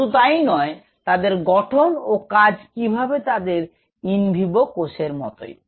শুধু তাই নয় তাদের গঠন ও কাজ কি তাদের ইন ভিভো কোষের মতই